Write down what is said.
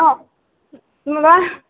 आह माबा